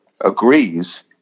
agrees